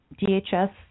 DHS